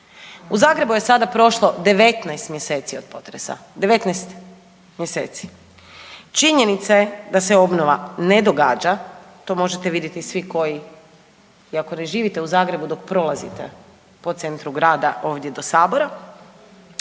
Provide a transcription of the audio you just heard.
U Zagrebu je sada prošlo 19 mjeseci od potresa, 19 mjeseci. Činjenica je da se obnova ne događa, to možete vidjeti svi koji iako ne živite u Zagrebu dok prolazite po centru grada ovdje do sabora.